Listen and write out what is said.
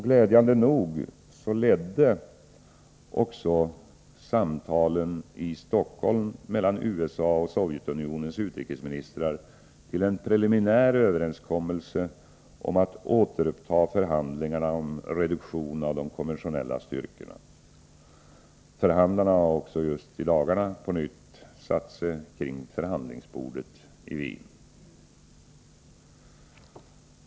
Glädjande nog ledde också samtalen i Stockholm mellan USA:s och Sovjetunionens utrikesministrar till en preliminär överenskommelse om att återuppta förhandlingarna om reduktion av de konventionella styrkorna. Förhandlarna har också just i dagarna på nytt satt sig kring förhandlingsbordet i Wien.